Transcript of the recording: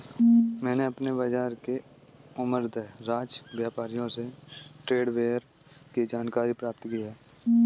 मैंने अपने बाज़ार के उमरदराज व्यापारियों से ट्रेड बैरियर की जानकारी प्राप्त की है